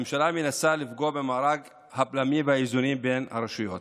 הממשלה מנסה לפגוע במארג הבלמים והאיזונים בין הרשויות